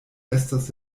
estas